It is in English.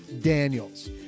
Daniels